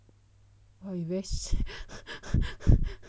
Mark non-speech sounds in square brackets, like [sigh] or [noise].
!wha! you very s~ [laughs]